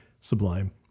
Sublime